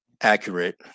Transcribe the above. accurate